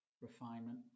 refinement